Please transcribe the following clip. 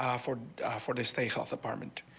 um for for the state health department.